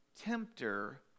tempter